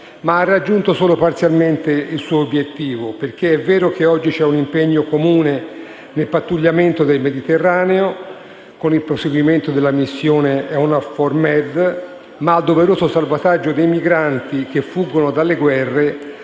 ma ha raggiunto solo parzialmente il suo obiettivo. È vero che oggi c'è un impegno comune nel pattugliamento del Mediterraneo, con il proseguimento della missione EUNAVFOR Med, ma al doveroso salvataggio dei migranti che fuggono dalle guerre